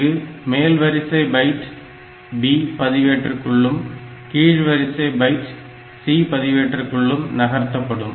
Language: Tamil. இங்கு மேல் வரிசை பைட் B பதிவேட்டற்குள்ளும் கீழ் வரிசை பைட் C பதிவேட்டற்குள்ளும் நகர்த்தப்படும்